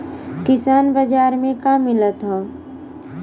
किसान बाजार मे का मिलत हव?